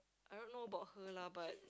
I don't know about her lah but